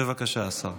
בבקשה, השר.